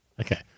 Okay